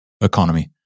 economy